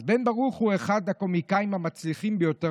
אז בן ברוך הוא אחד הקומיקאים המצליחים ביותר